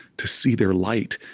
to see their light,